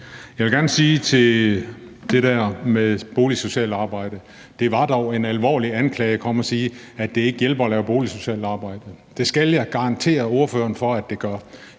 Jeg vil gerne sige til det der med boligsocialt arbejde, at det dog var en alvorlig anklage at komme og sige, at det ikke hjælper at lave boligsocialt arbejde. Det skal jeg garantere ordføreren for at det gør.